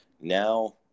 Now –